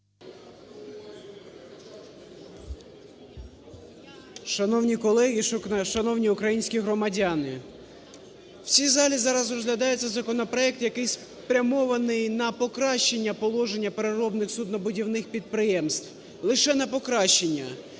Шановні колеги, шановні українські громадяни! В цій залі зараз розглядається законопроект, який спрямований на покращення положення переробних суднобудівних підприємств, лише на покращення,